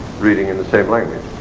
reading in the same language.